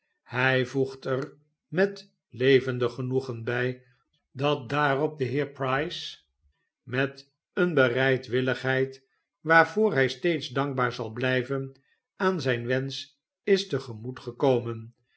hij voegt er met levendig genoegen bij dat daarop de heer price met een bereidwilligheid waarvoor hij steeds dankbaar zalblijven aan zijn wensch is